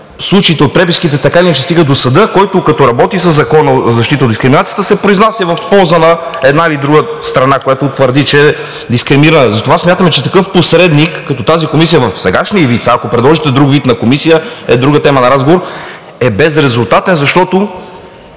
случаите, от преписките така или иначе стигат до съда, който, като работи със Закона за защита от дискриминация, се произнася в полза на една или друга страна, която твърди, че е дискриминирана. Затова смятаме, че такъв посредник като тази комисия в сегашния ѝ вид – ако предложите друг вид на комисия, е друга тема на разговор, е безрезултатен, защото